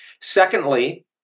Secondly